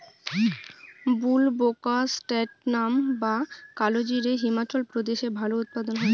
বুলবোকাস্ট্যানাম বা কালোজিরা হিমাচল প্রদেশে ভালো উৎপাদন হয়